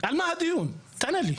תענה לי.